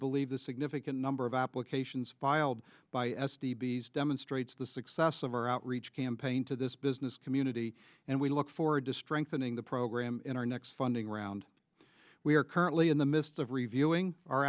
believe the significant number of applications filed by s t b s demonstrates the success of our outreach campaign to this business community and we look forward to strengthening the program in our next funding round we are currently in the midst of reviewing o